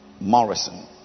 Morrison